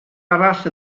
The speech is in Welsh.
arall